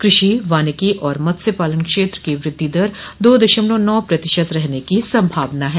कृषि वानिकी और मत्स्यपालन क्षेत्र की वृद्धि दर दो दशमलव नौ प्रतिशत रहने की संभावना है